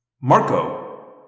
Marco